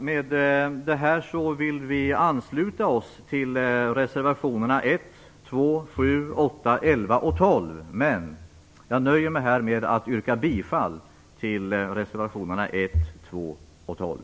Med detta vill vi ansluta oss till reservationerna 1, 2, 7, 8, 11 och 12. Men jag nöjer mig här med att yrka bifall till reservationerna 1, 2 och 12.